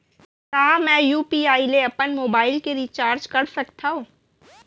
का मैं यू.पी.आई ले अपन मोबाइल के रिचार्ज कर सकथव?